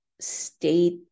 state